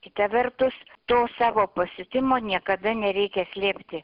kita vertus to savo pasiutimo niekada nereikia slėpti